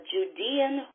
Judean